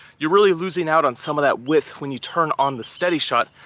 you're really losing out on some of that width when you turn on the steady shot,